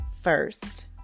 first